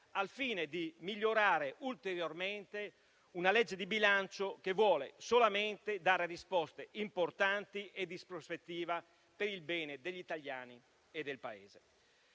al fine di migliorare ulteriormente una legge di bilancio che vuole solamente dare risposte importanti e di prospettiva per il bene degli italiani e del Paese.